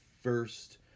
first